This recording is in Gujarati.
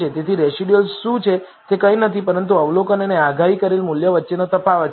તેથી રેસિડયુઅલ શું છે તે કંઈ નથી પરંતુ અવલોકન અને આગાહી કરેલ મૂલ્યો વચ્ચેનો તફાવત છે